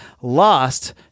lost